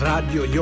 Radio